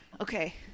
Okay